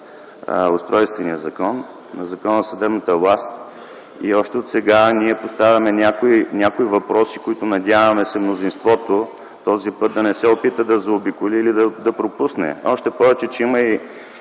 Устройствения закон, на Закона за съдебната власт. Още сега ние поставяме някои въпроси, които, надяваме се, мнозинството този път да не се опита да заобиколи или пропусне, още повече че има